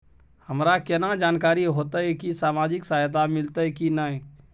हमरा केना जानकारी होते की सामाजिक सहायता मिलते की नय?